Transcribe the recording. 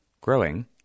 growing